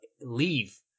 leave